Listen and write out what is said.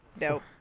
Nope